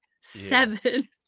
seven